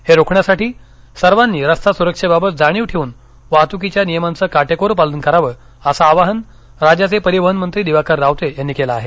हे रोखण्यासाठी सर्वांनी रस्ता सुरक्षेबाबत जाणीव ठेवून वाहतुकीच्या नियमांचं काटेकोर पालन करावं असं आवाहन राज्याचे परिवहन मंत्री दिवाकर रावते यांनी केलं आहे